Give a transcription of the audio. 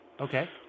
okay